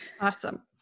awesome